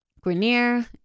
Grenier